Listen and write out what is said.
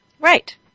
Right